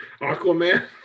aquaman